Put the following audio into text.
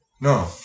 no